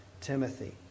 Timothy